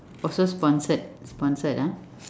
also sponsored sponsored ah